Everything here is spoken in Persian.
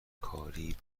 کاری